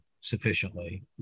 sufficiently